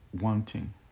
wanting